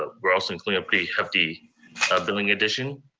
we're also including a pretty hefty billing addition.